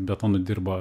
betonu dirba